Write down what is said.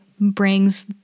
brings